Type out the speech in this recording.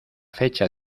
fecha